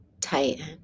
Tighten